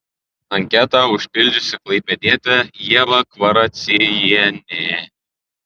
anketą užpildžiusi klaipėdietė ieva kvaraciejienė